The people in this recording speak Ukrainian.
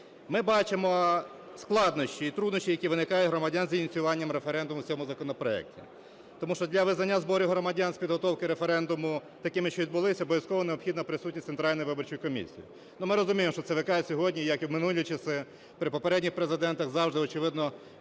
Ми бачимо складнощі і труднощі, які виникають у громадян з ініціюванням референдуму в цьому законопроекті. Тому що для визнання зборів громадян з підготовки референдуму такими, що відбулися, обов'язково необхідна присутність Центральної виборчої комісії. Ну, ми розуміємо, що ЦВК і сьогодні, як і в минулі часи при попередніх президентах, завжди очевидно